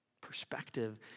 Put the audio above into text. Perspective